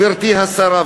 גברתי השרה,